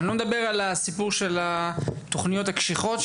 אני לא מדבר על הסיפור של התוכניות הקשיחות,